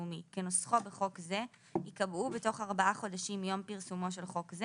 הלאומי כנוסחו בחוק זה ייקבעו בתוך ארבעה חודשים מיום פרסומו של חוק זה